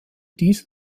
dieser